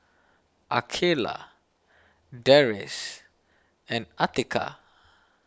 Aqeelah Deris and Atiqah